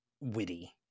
witty